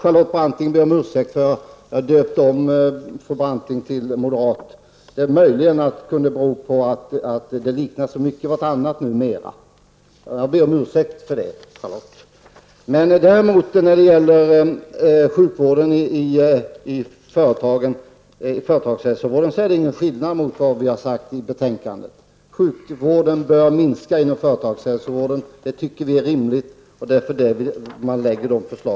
Jag ber om ursäkt för att jag döpte om fru Branting till moderat. Det kunde möjligen bero på att moderaterna och folkpartiet numera liknar varandra så mycket. När det gäller sjukvården i företagshälsovården, är det ingen skillnad mot vad vi har uttalat i betänkandet. Sjukvården bör minska inom företagshälsovården. Vi anser att det vore rimligt, och det är därför som utskottet har lagt fram dessa förslag.